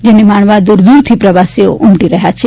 જેને માણવા દ્વરદ્વરથી પ્રવાસીઓ ઉમટી રહ્યા છે